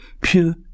pure